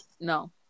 No